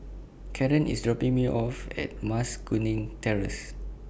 Caron IS dropping Me off At Mas Kuning Terrace